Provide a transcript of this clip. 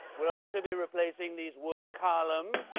we'll also be replacing these wood columns